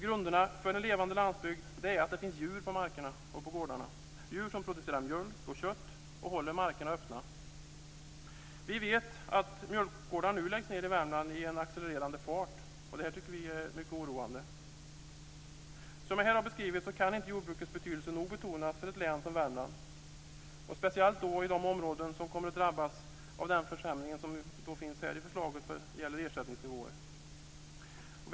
Grunderna för en levande landsbygd är att det på gårdarna finns djur som producerar mjölk och kött och håller markerna öppna. Värmland. Vi tycker att detta är mycket oroande. Som jag här har beskrivit kan jordbrukets betydelse inte nog betonas för ett län som Värmland, speciellt i de områden som kommer att drabbas av den försämring som förslaget till ersättningsnivåer innebär.